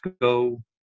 go